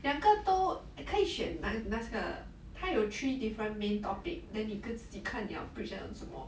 两个都可以选那那个他有 three different main topic then 你自己看你要 present on 什么